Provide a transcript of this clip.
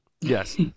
Yes